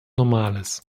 normales